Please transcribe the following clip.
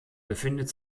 befindet